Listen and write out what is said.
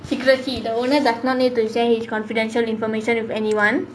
secrecy the owner does not need to share his confidential information of anyone